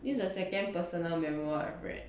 this is the second personal memoir I've read